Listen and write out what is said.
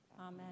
Amen